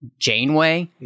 Janeway